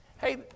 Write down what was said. hey